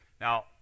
Now